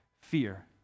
fear